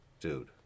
Dude